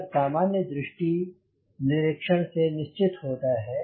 यह सामान्य दृष्टि निरीक्षण से निश्चित होता है